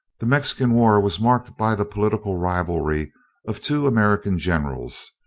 the mexican war was marked by the political rivalry of two american generals,